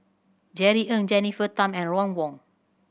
Jerry Ng Jennifer Tham and Ron Wong